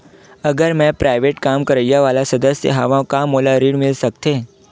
अगर मैं प्राइवेट काम करइया वाला सदस्य हावव का मोला ऋण मिल सकथे?